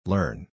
Learn